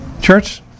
Church